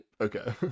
Okay